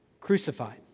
crucified